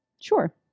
sure